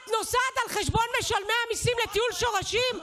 את נוסעת על חשבון משלמי המיסים לטיול שורשים?